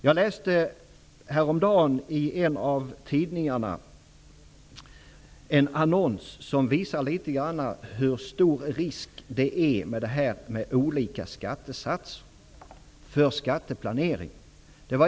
Jag läste häromdagen i en tidning en annons som visar hur stor risk för skatteplanering det är med olika skattesatser.